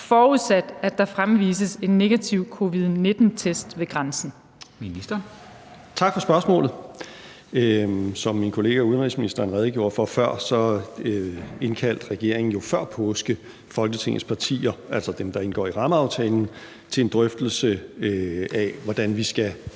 Justitsministeren (Nick Hækkerup): Tak for spørgsmålet. Som min kollega udenrigsministeren redegjorde for før, indkaldte regeringen jo før påske Folketingets partier, altså dem, der indgår i rammeaftalen, til en drøftelse af, hvordan vi skal